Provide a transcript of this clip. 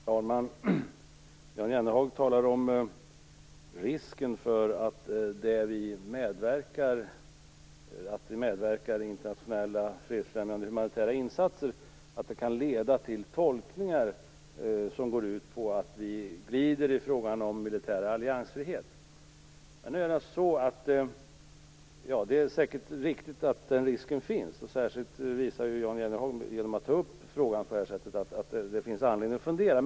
Herr talman! Jan Jennehag talar om att det är en risk med att medverka i internationella fredsfrämjande humanitära insatser. Det kan leda till tolkningar som går ut på att vi glider i frågan om militär alliansfrihet. Det är säkert riktigt att den risken finns. Jan Jennehag visar med att ta upp frågan på det här sättet att det finns anledning att fundera.